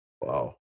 Wow